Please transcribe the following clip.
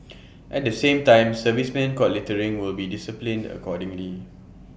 at the same time servicemen caught littering will be disciplined accordingly